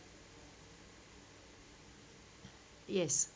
yes